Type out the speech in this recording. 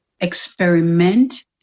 experiment